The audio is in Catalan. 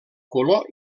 color